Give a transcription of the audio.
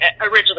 originally